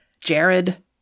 Jared